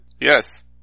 Yes